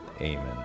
Amen